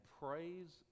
praise